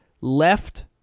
left